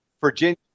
Virginia